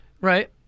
Right